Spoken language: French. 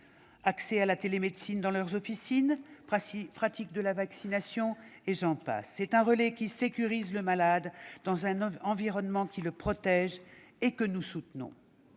accès à la télémédecine dans les officines, pratique de la vaccination, etc. Ce relais sécurise le malade dans un environnement qui le protège, et nous le soutenons.